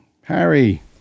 Harry